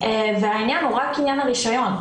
והעניין הוא רק עניין הרישיון.